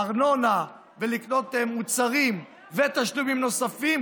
ארנונה ולקנות מוצרים ותשלומים נוספים,